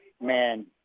Man